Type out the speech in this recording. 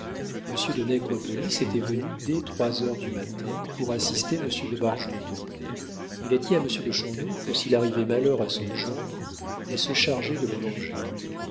de nègrepelisse était venu dès trois heures du matin pour assister monsieur de bargeton il a dit à monsieur de chandour que s'il arrivait malheur à son gendre il se chargeait de